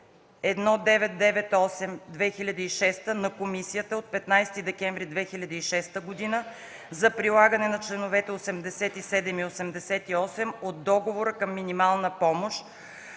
1998/2006 на Комисията от 15 декември 2006 г. за прилагане на членове 87 и 88 от Договора към минималната помощ